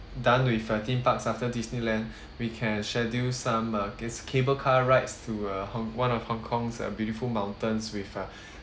done with the theme parks after disneyland we can schedule some uh guest cable car rides to uh hong~ one of hong kong's uh beautiful mountains with uh